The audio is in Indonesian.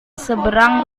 seberang